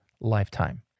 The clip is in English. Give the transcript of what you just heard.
lifetime